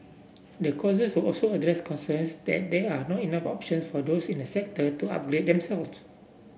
the courses will also address concerns that there are not enough option for those in the sector to upgrade them self